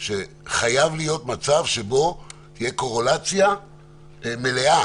שחייב להיות מצב שבו תהיה קורלציה מלאה